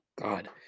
God